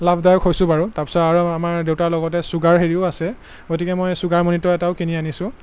লাভদায়ক হৈছোঁ বাৰু তাৰপিছত আৰু আমাৰ দেউতাৰ লগতে চুগাৰ হেৰিও আছে গতিকে মই চুগাৰ মণিটৰ এটাও কিনি আনিছোঁ